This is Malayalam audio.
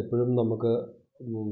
എപ്പഴും നമുക്ക്